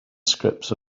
transcripts